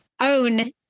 own